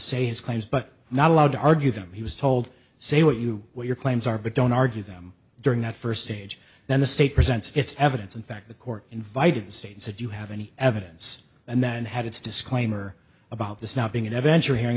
his claims but not allowed to argue them he was told say what you what your claims are but don't argue them during that first stage then the state presents its evidence in fact the court invited states that you have any evidence and that had its disclaimer about this not being an adventure hearing